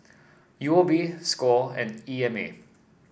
U O B Score and E M A